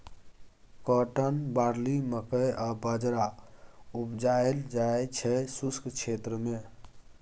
cotton, barley, मकइ आ बजरा उपजाएल जाइ छै शुष्क क्षेत्र मे